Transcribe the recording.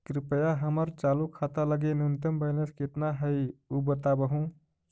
कृपया हमर चालू खाता लगी न्यूनतम बैलेंस कितना हई ऊ बतावहुं